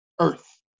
Earth